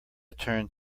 turned